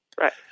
right